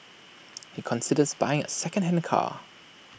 he considers buying A secondhand car